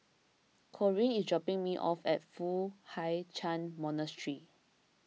Corine is dropping me off at Foo Hai Ch'an Monastery